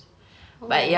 mm okay okay